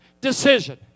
decision